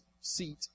seat